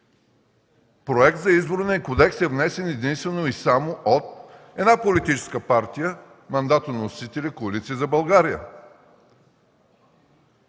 Проект за Изборния кодекс е внесен единствено и само от една политическа партия – мандатоносителя Коалиция за България.